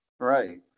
Right